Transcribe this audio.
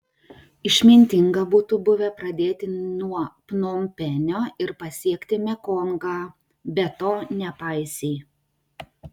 išmintinga būtų buvę pradėti nuo pnompenio ir pasiekti mekongą bet to nepaisei